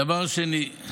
דבר שני,